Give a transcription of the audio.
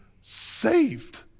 saved